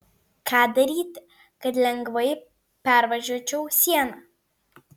ką daryti kad lengvai pervažiuočiau sieną